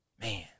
Man